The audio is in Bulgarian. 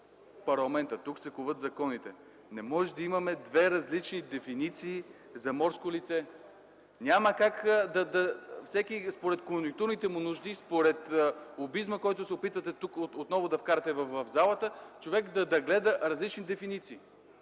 парламентът, тук се коват законите, не може да имаме две различни дефиниции за морско лице. Няма как според конюнктурните му нужди и според лобизма, който се опитвате тук отново да вкарате в залата, човек да гледа различни дефиниции.